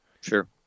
Sure